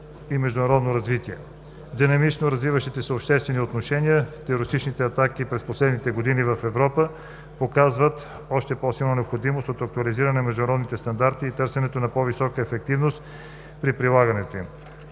и международното развитие. Динамично развиващите се обществени отношения и терористичните атаки през последните години в Европа показват още по-силна необходимост от актуализиране на международните стандарти и търсене на по-висока ефективност при прилагането им.